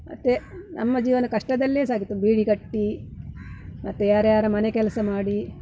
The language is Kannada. ಮತ್ತೆ ನಮ್ಮ ಜೀವನ ಕಷ್ಟದಲ್ಲೇ ಸಾಗಿತು ಬೀಡಿ ಕಟ್ಟಿ ಮತ್ತೆ ಯಾರ್ಯಾರ ಮನೆ ಕೆಲಸ ಮಾಡಿ